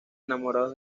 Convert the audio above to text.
enamorados